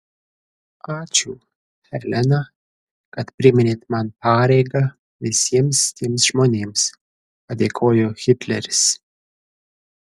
ačiū helena kad priminėt man pareigą visiems tiems žmonėms padėkojo hitleris